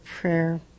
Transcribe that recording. prayer